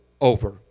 over